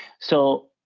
so,